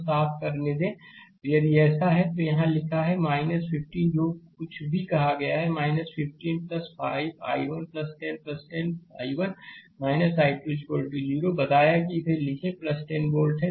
slide समय देखें 1024 तो यदि ऐसा है तो यहाँ लिखा है 15 जो कुछ भी कहा 15 5 I1 10 10 I1 I2 0 बताया कि इसे लिखें 10 वोल्ट है